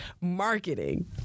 marketing